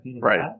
Right